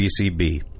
WCB